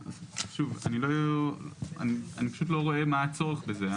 שוב, אני פשוט לא רואה מה הצורך בזה.